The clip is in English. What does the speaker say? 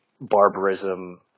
barbarism